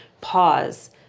pause